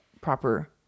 proper